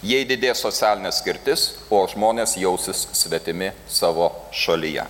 jei didės socialinė atskirtis o žmonės jausis svetimi savo šalyje